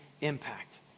impact